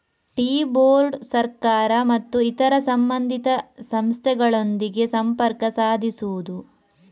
tea board ಸರ್ಕಾರ ಮತ್ತು ಇತರ ಸಂಬಂಧಿತ ಸಂಸ್ಥೆಗಳೊಂದಿಗೆ ಸಂಪರ್ಕ ಸಾಧಿಸುವುದು